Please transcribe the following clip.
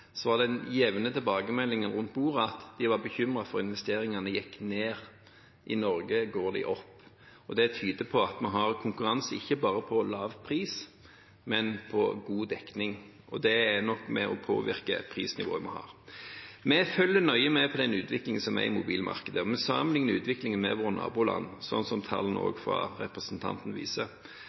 Den jevne tilbakemeldingen rundt bordet var at de var bekymret for at investeringene gikk ned. I Norge går de opp, og det tyder på at vi har konkurranse, ikke bare på lav pris, men på god dekning. Det er nok med på å påvirke prisnivået vi har. Vi følger nøye med på utviklingen i mobilmarkedet og sammenlikner utviklingen med våre naboland, slik som tallene fra representanten viser.